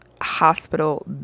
hospital